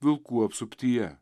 vilkų apsuptyje